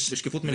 שקיפות מלאה.